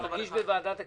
תרגיש בוועדת הכספים,